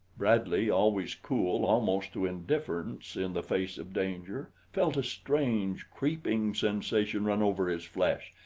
bradley, always cool almost to indifference in the face of danger, felt a strange, creeping sensation run over his flesh,